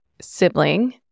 sibling